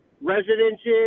residences